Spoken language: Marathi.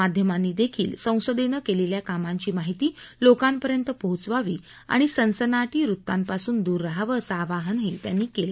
माध्यमांनी देखील संसदेने केलेल्या कामांची माहिती लोकांपर्यंत पोचवावी आणि सनसनाटी वृत्तांपासून दूर रहावंअसं आवाहनही त्यांनी केलं